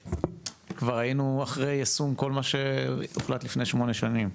כבר היינו אחרי יישום כל מה שהוחלט לפני שמונה שנים: